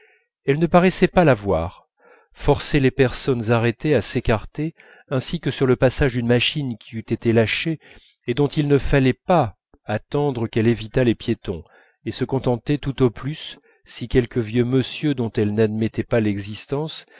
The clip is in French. elles ne paraissaient pas la voir forçaient les personnes arrêtées à s'écarter ainsi que sur le passage d'une machine qui eût été lâchée et dont il ne fallait pas attendre qu'elle évitât les piétons et se contentaient tout au plus si quelque vieux monsieur dont elles n'admettaient pas l'existence